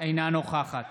אינה נוכחת